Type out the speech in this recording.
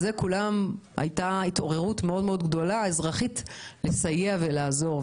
הייתה התעוררות אזרחית מאוד גדולה לסייע ולעזור.